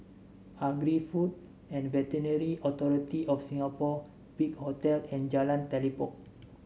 Agri Food and Veterinary Authority of Singapore Big Hotel and Jalan Telipok